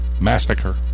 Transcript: Massacre